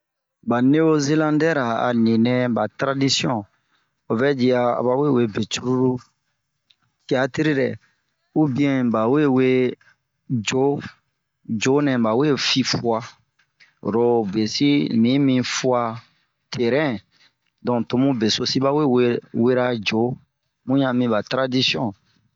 Ba neozelandɛra a ninɛɛ ba taradisiɔn, aba we be cururu, ciatirirɛ, ubiɛn ba we we yooh, yooh nɛ ba we fii fua. Oro bie sin miyi min fua, terɛn, donk to bun be so sin ba we wera yooh, bun ɲa min ba taradisiɔn.